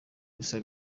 gusa